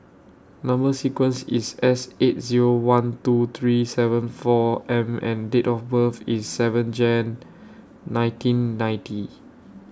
Number sequence IS S eight Zero one two three seven four M and Date of birth IS seven Jan nineteen ninety